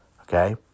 Okay